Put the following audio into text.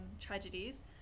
tragedies